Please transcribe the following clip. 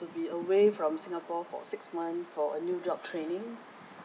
to be away from singapore for six month for a new job training